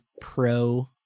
Pro